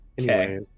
Okay